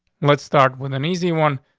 let's start with an easy one,